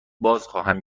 بازخواهم